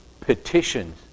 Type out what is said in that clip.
Petitions